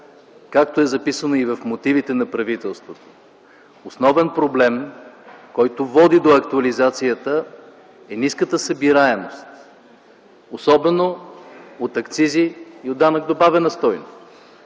Както е записано и в мотивите на правителството, основен проблем, който води до актуализацията, е ниската събираемост, особено от акцизи на данък добавена стойност.